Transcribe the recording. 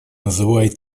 называет